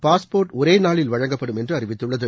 passport ஒரே நாளில் வழங்கப்படும் என்று அறிவித்துள்ளது